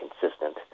consistent